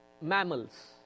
mammals